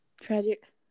tragic